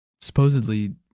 supposedly